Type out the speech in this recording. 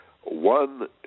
One